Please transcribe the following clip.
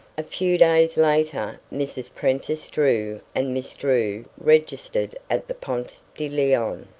a few days later mrs. prentiss drew and miss drew registered at the ponce de leon,